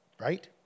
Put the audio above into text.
right